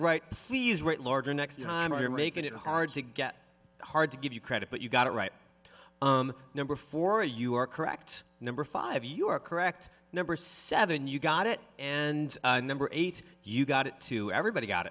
right larger next time or making it hard to get hard to give you credit but you got it right number four you are correct number five you are correct number seven you got it and number eight you got it to everybody got